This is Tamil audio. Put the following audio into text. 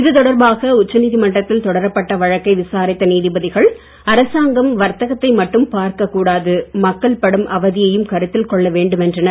இது தொடர்பாக உச்சநீதிமன்றத்தில் தொடரப்பட்ட வழக்கை விசாரித்த நீதிபதிகள் அரசாங்கம் வர்த்தகத்தை மட்டும் பார்க்க கூடாது மக்கள் மடும் அவதையையும் கருத்தில் கொள்ள வேண்டும் என்றனர்